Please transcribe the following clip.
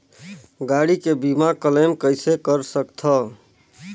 गाड़ी के बीमा क्लेम कइसे कर सकथव?